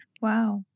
Wow